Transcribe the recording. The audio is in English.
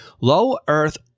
low-Earth